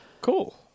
Cool